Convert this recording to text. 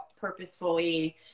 purposefully